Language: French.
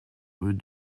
rue